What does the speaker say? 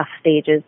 stages